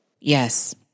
Yes